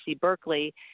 Berkeley